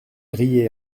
riait